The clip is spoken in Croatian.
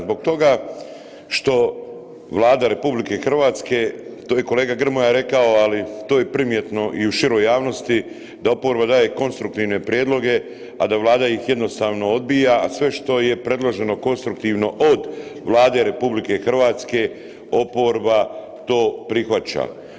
Zbog toga što Vlada RH to je i kolega Grmoja rekao, ali to je primjetno u široj javnosti da oporba daje konstruktivne prijedloge, a da Vlada ih jednostavno odbija, a sve što je predloženo konstruktivno od Vlade RH oporba to prihvaća.